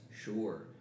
Sure